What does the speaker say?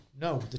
no